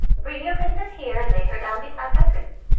bring your princess here and lay her down beside my prince.